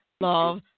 love